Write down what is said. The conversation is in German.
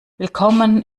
willkommen